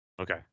Okay